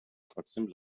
trotzdem